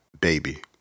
Baby